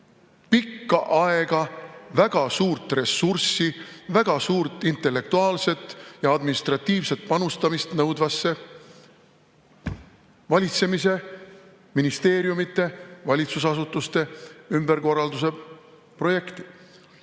pikka aega väga suurt ressurssi, väga suurt intellektuaalset ja administratiivset panustamist nõudva valitsemise, ministeeriumide, valitsusasutuste ümberkorralduse projektiga.